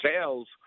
sales